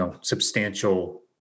substantial